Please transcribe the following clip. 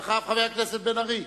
ואחריו, חבר הכנסת בן-ארי.